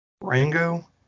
Rango